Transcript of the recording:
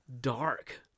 dark